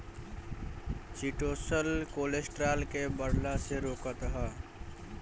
chitosan cholesterol के बढ़ला से रोकत हअ